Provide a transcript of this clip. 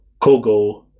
Kogo